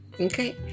Okay